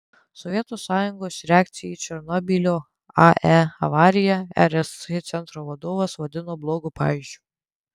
sovietų sąjungos reakciją į černobylio ae avariją rsc centro vadovas vadino blogu pavyzdžiu